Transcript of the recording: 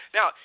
Now